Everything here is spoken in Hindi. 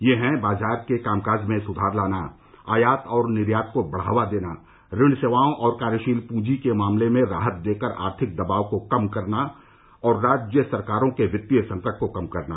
ये हैं बाजार के कामकाज में सुधार लाना आयात और निर्यात को बढ़ावा देना ऋण सेवाओं और कार्यशील पूंजी के मामले में राहत देकर आर्थिक दबाव को कम करना और राज्य सरकारों के वित्तीय संकट को कम करना